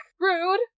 Rude